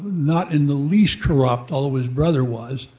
not in the least corrupt, although his brother was,